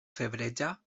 febreja